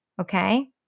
okay